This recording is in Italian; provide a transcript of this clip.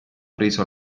preso